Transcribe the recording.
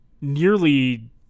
nearly